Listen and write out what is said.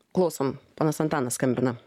klausom ponas antanas skambina